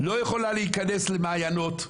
לא יכולה להיכנס למעיינות.